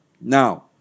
Now